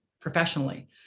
professionally